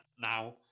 now